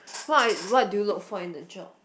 what are~ what do you look for in the job